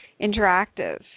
interactive